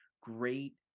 great